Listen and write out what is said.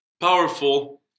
powerful